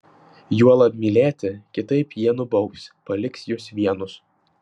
juolab mylėti kitaip jie nubaus paliks jus vienus